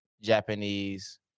Japanese